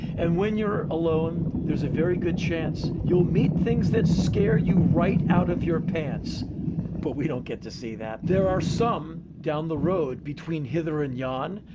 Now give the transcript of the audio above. and when you're alone, there's a very good chance you'll meet things that scare you right out of your pants but we don't get to see that. there are some, down the road between hither and yon,